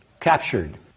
captured